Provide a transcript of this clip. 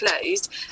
closed